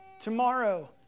tomorrow